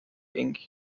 inc